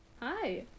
Hi